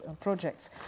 projects